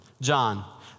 John